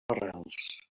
arrels